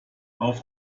auf